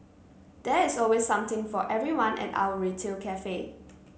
there is always something for everyone at our retail cafe